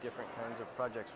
different kinds of projects